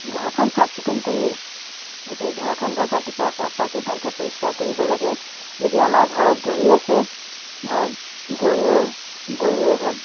ঘৰখন চাফ চিকুণ কৰি গোটেই ঘৰখন ধৰক ৰাতিপুৱা শোৱাৰ পৰা উঠি ভালকৈ পৰিষ্কাৰ কৰিব লাগে যদি আমাৰ ঘৰত গৰু আছে ঘৰত গৰু গৰুৱে ধৰক